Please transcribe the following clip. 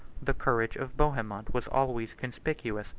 the courage of bohemond was always conspicuous,